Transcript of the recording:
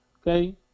Okay